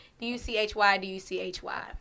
D-U-C-H-Y-D-U-C-H-Y